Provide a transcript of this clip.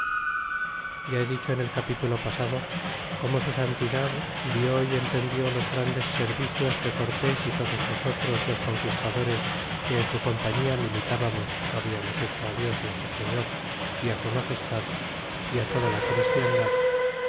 ya he dicho en el capitulo pasado como su santidad vió y entendió los grandes servicios que cortés y todos nosotros los conquistadores que en su compañia militábamos habiamos hecho dios nuestro señor é su magestad é toda la cristiandad